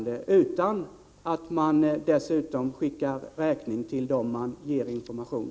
Det skall ske utan att man skickar räkning till dem man ger information.